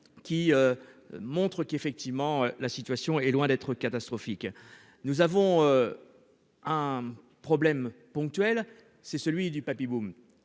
Qui. Montre qu'effectivement la situation est loin d'être catastrophique, nous avons. Un problème ponctuel, c'est celui du papy-boom